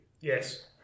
Yes